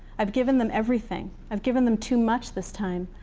i've given them everything. i've given them too much this time.